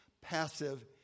passive